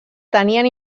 tenien